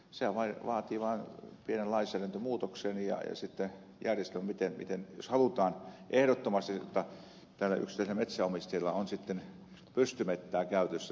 sehän vaatii vaan pienen lainsäädäntömuutoksen ja sitten järjestelmän jos halutaan ehdottomasti jotta yksittäisillä metsänomistajilla on sitten pystymetsää käytössä